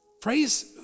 praise